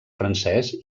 francès